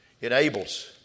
enables